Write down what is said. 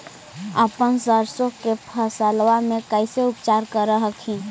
अपन सरसो के फसल्बा मे कैसे उपचार कर हखिन?